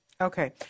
Okay